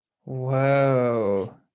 Whoa